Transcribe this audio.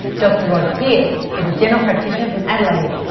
dr rod pearce is a general practitioner from adelaide.